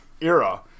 era